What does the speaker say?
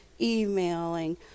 emailing